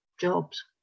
jobs